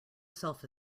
self